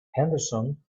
henderson